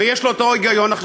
ויש לה אותו היגיון עכשיו,